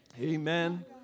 Amen